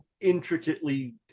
intricately